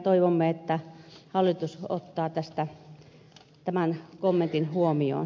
toivomme että hallitus ottaa tämän kommentin huomioon